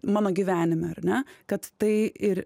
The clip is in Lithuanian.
mano gyvenime ar ne kad tai ir